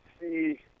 see